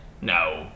no